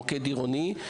מוקד עירוני.